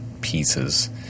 pieces